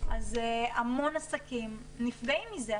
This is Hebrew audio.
אז המון עסקים נפגעים מזה.